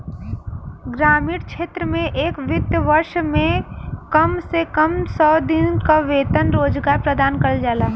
ग्रामीण क्षेत्र में एक वित्तीय वर्ष में कम से कम सौ दिन क वेतन रोजगार प्रदान करल जाला